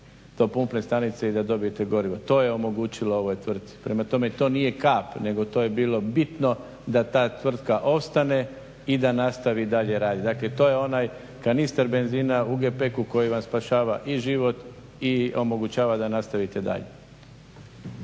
do pumpne stanice i da dobijete gorivo. To je omogućilo ovoj tvrtci. Prema tome, to nije kap nego to je bilo bitno da ta tvrtka opstane i da nastavi dalje raditi. Dakle, to je onaj kanistar benzina u gepeku koji vam spašava i život i omogućava da nastavite dalje.